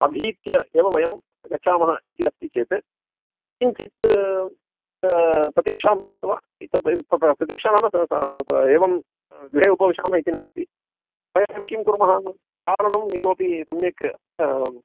अधीत्य एव वयं गच्छामः इति अस्ति चेत् किञ्चित् प्रतीक्षां कृत्वा इतोपि प्रतीक्षा नाम एवं गृहे उपविशामः इति नास्ति वयं किं कुर्मः चालनम् इतोपि सम्यक्